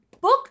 book